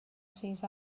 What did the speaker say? sydd